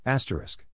Asterisk